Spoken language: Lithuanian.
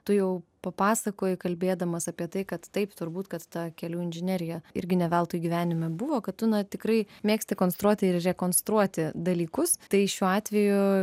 tu jau papasakojai kalbėdamas apie tai kad taip turbūt kad ta kelių inžinerija irgi ne veltui gyvenime buvo kad tu na tikrai mėgsti konstruoti ir rekonstruoti dalykus tai šiuo atveju